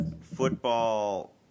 football